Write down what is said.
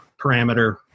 parameter